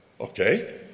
okay